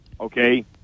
okay